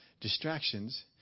distractions